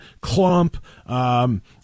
clump